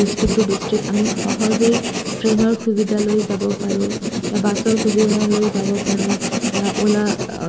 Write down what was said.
district to district আমি সহজে ট্ৰেইনৰ সুবিধালৈ যাব পাৰোঁ বাছৰ সুবিধালৈ যাব পাৰোঁ ইয় অ'লা